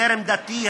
זרם דתי,